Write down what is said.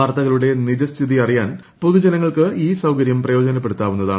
വാർത്തകളുടെ നിജസ്ഥിതി അറിയാൻ പൊതുജനങ്ങൾക്ക് ഈ സൌകര്യം പ്രയോജനപ്പെടുത്താവുന്നതാണ്